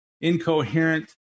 incoherent